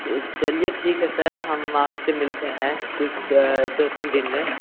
चलिए ठीक है सर हम आपसे मिलते हैं कुछ दो तीन दिन मैं